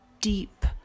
deep